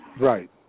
Right